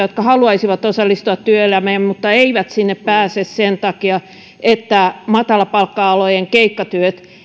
jotka haluaisivat osallistua työelämään mutta eivät sinne pääse sen takia että matalapalkka alojen keikkatyöt